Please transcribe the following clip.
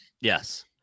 Yes